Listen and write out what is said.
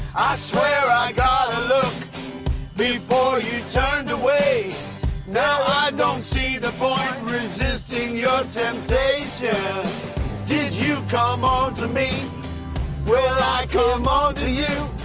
swear i caught a look before you turned away now i don't see the point resisting your temptation did you come on to me will i come on to you?